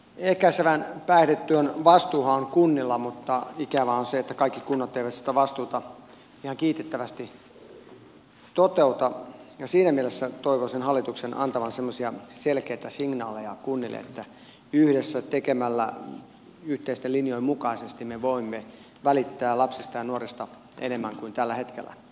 ehkäisevän päihdetyön vastuuhan on kunnilla mutta ikävää on se että kaikki kunnat eivät sitä vastuuta ihan kiitettävästi toteuta ja siinä mielessä toivoisin hallituksen antavan semmoisia selkeitä signaaleja kunnille että yhdessä tekemällä yhteisten linjojen mukaisesti me voimme välittää lapsista ja nuorista enemmän kuin tällä hetkellä